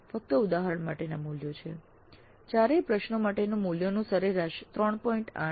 6 ફક્ત ઉદાહરણ માટેના મૂલ્યો છે ચારેય પ્રશ્નો માટે મૂલ્યોનું સરેરાશ 3